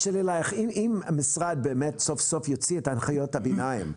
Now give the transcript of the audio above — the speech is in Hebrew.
אז שאלה אלייך: אם באמת המשרד סוף-סוף יוציא את הנחיות הביניים,